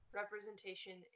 representation